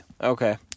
Okay